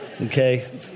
Okay